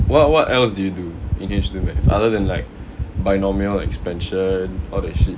what what else do you do engaged in other than like binomial expansion all that shit